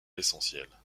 l’essentiel